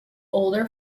older